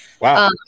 Wow